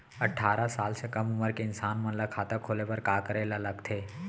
अट्ठारह साल से कम उमर के इंसान मन ला खाता खोले बर का करे ला लगथे?